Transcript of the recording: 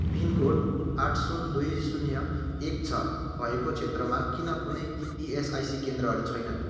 pin code आठ सुन दुई शून्य एक छ भएको क्षेत्रमा किन कुनै इएसआइसी केन्द्रहरू छैनन्